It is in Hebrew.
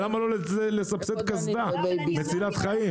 למה לא לסבסד קסדה מצילת חיים?